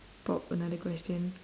pop another question